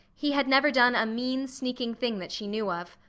he had never done a mean, sneaking thing that she knew of.